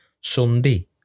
Sunday